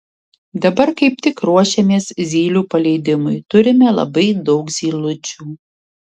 dabar kaip tik ruošiamės zylių paleidimui turime labai daug zylučių